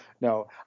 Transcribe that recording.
No